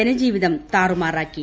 ജനജീവിതം താറുമാറാക്കി